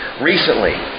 recently